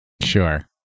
Sure